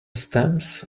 stems